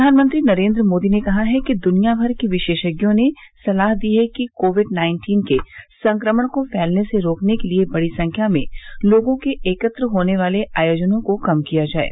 प्रधानमंत्री नरेन्द्र मोदी ने कहा है कि दुनियाभर के विशेषज्ञों ने सलाह दी है कि कोविड नाइन्टीन के संक्रमण को फैलने से रोकने के लिए बड़ी संख्या में लोगों के एकत्र होने वाले आयोजनों को कम किया जाये